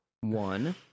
one